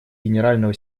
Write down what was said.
генерального